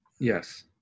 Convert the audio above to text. Yes